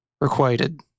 requited